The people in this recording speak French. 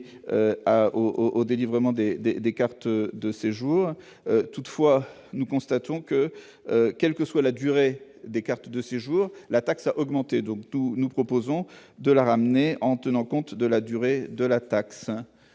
des, des, des cartes de séjour toutefois, nous constatons que, quelle que soit la durée des cartes de séjour la taxe a augmenté donc tous, nous proposons de la ramener en tenant compte de la durée de la taxe